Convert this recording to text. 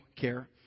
care